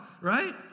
right